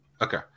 Okay